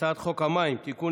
הצעת חוק המים (תיקון,